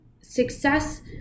Success